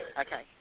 Okay